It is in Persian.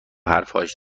حرفهایش